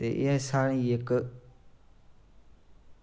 एह् साढ़ी इक्क